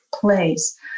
place